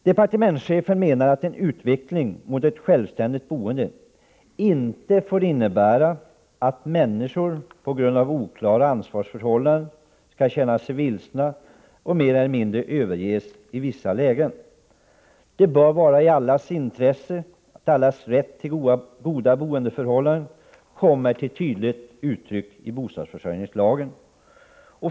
Departementschefen menar att en utveckling mot ett självständigt boende inte får innebära att människor på grund av oklara ansvarsförhållanden skall känna sig vilsna och mer eller mindre överges i vissa lägen. Det bör vara i allas intresse att allas rätt till goda boendeförhållanden kommer till tydligt uttryck i bostadsförsörjningslagen.